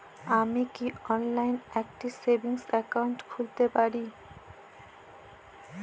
আমি কি অনলাইন একটি সেভিংস একাউন্ট খুলতে পারি?